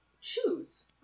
choose